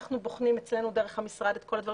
אנחנו בוחנים אצלנו דרך המשרד את כלל הדברים